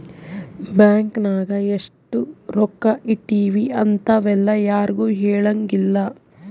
bank ನಾಗ ಎಷ್ಟ ರೊಕ್ಕ ಇಟ್ತೀವಿ ಇಂತವೆಲ್ಲ ಯಾರ್ಗು ಹೆಲಂಗಿಲ್ಲ